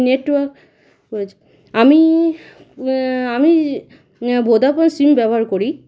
network আমি আমি Vodafone SIM ব্যবহার করি